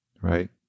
right